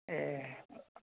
ए